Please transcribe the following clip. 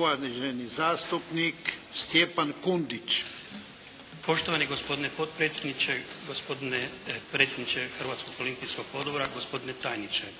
Uvaženi zastupnik Stjepan Kundić. **Kundić, Stjepan (HDZ)** Poštovani gospodine potpredsjedniče, gospodine predsjedniče Hrvatskog olimpijskog odbora, gospodine tajniče.